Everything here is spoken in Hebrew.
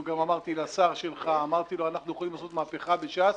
גם אמרתי לשר שלך: אנחנו יכולים לעשות מהפכה בש"ס.